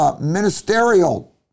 Ministerial